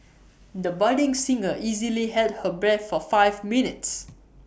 the budding singer easily held her breath for five minutes